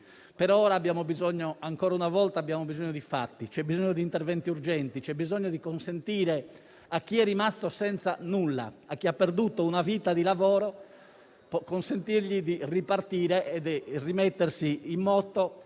però, abbiamo bisogno ancora una volta di atti concreti, di interventi urgenti. C'è bisogno di consentire a chi è rimasto senza nulla, a chi ha perduto una vita di lavoro di ripartire, rimettersi in moto